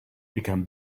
become